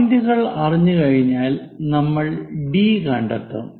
പോയിന്റുകൾ അറിഞ്ഞുകഴിഞ്ഞാൽ നമ്മൾ ഡി കണ്ടെത്തും